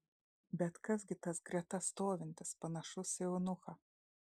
bet kas gi tas greta stovintis panašus į eunuchą